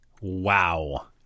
wow